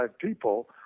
people